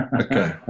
Okay